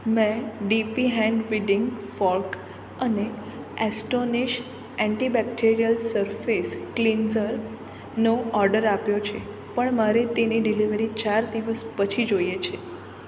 મેં DP hand weeding fork અને Astonish antibacterial surface કલીન્સરનો ઓર્ડર આપ્યો છે પણ મારે તેની ડિલિવરી ચાર દિવસ પછી જોઈએ છે